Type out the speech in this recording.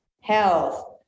health